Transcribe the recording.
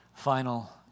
Final